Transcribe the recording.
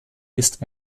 ist